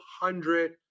hundred